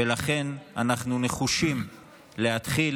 ולכן אנחנו נחושים להתחיל